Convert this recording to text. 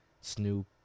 Snoop